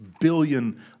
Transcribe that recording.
billion